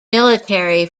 military